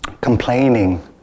complaining